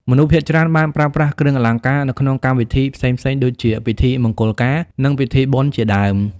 មនុស្សភាគច្រើនបានប្រើប្រាស់គ្រឿងអលង្ការនៅក្នុងកម្មវិធីផ្សេងៗដូចជា ពិធីមង្គលការ និងពិធីបុណ្យជាដើម។